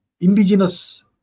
indigenous